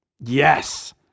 Yes